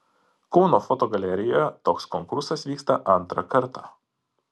kauno fotogalerijoje toks konkursas vyksta antrą kartą